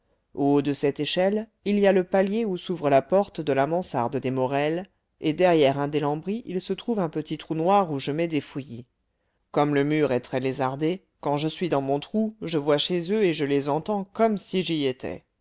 de cette échelle il y a le palier où s'ouvre la porte de la mansarde des morel et derrière un des lambris il se trouve un petit trou noir où je mets des fouillis comme le mur est très lézardé quand je suis dans mon trou je vois chez eux et je les entends comme si j'y étais